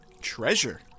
Treasure